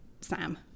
sam